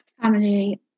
Family